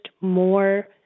more